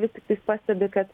vis tiktais pastebi kad